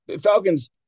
Falcons